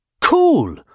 Cool